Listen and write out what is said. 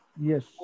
Yes